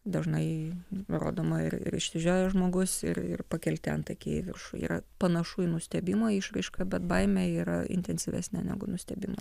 dažnai rodoma ir ir išsižiojęs žmogus ir ir pakelti antakiai į virš yra panašu į nustebimo išraišką bet baimė yra intensyvesnė negu nustebimas